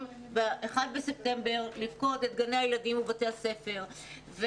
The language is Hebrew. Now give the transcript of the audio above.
ב-1 בספטמבר לפקוד את גני הילדים ובתי הספר,